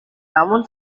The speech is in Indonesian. namun